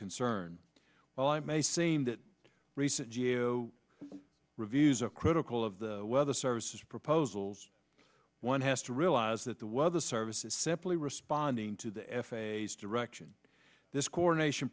concern well i may seem that recent g a o reviews are critical of the weather services proposals one has to realize that the weather service is simply responding to the f a s direction this coronation